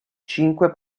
cinque